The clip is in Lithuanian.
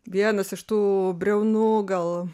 vienas iš tų briaunų gal